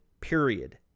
period